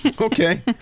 Okay